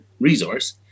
resource